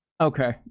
Okay